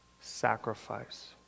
sacrifice